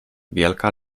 wielka